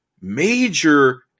major